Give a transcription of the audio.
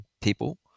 people